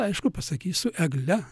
aišku pasakys su egle